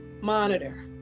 monitor